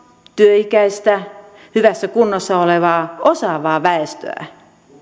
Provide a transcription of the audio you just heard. työikäistä hyvässä kunnossa olevaa osaavaa väestöä